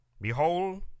Behold